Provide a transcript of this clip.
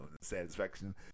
satisfaction